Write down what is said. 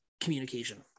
communication